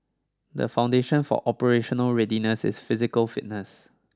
the foundation for operational readiness is physical fitness